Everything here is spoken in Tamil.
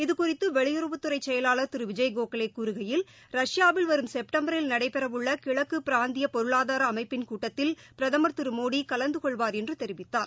இது குறித்து வெளியறவுத்துறை செயலாளர் திரு விஜய் கோகலே கூறுகையில் ரஷ்யாவில் வரும் செப்டம்பரில் நடைபெறவுள்ள கிழக்கு பிராந்திய பொருளாதார அமைப்பின் கூட்டத்தில் பிரதமர் திரு மோடி கலந்துகொள்வார் என்று தெரிவித்தார்